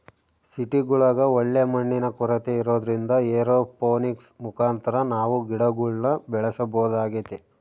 ಸಿಟಿಗುಳಗ ಒಳ್ಳೆ ಮಣ್ಣಿನ ಕೊರತೆ ಇರೊದ್ರಿಂದ ಏರೋಪೋನಿಕ್ಸ್ ಮುಖಾಂತರ ನಾವು ಗಿಡಗುಳ್ನ ಬೆಳೆಸಬೊದಾಗೆತೆ